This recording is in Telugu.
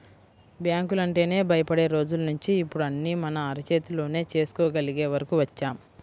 బ్యాంకులంటేనే భయపడే రోజుల్నించి ఇప్పుడు అన్నీ మన అరచేతిలోనే చేసుకోగలిగే వరకు వచ్చాం